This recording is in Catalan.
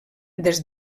des